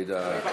עאידה,